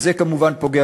וזה כמובן פוגע